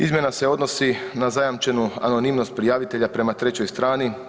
Izmjena se odnosi na zajamčenu anonimnost prijavitelja prema trećoj strani.